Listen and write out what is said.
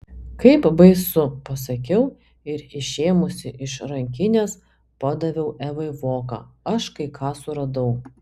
kaip baisu pasakiau ir išėmusi iš rankinės padaviau evai voką aš kai ką suradau